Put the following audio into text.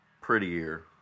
prettier